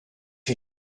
you